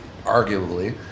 arguably